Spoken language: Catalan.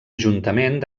ajuntament